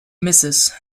mrs